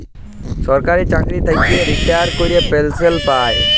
সরকারি চাকরি থ্যাইকে রিটায়ার ক্যইরে পেলসল পায়